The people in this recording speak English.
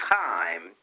time